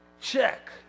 check